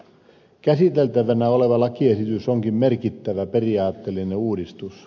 käsiteltävänä oleva lakiesitys onkin merkittävä periaatteellinen uudistus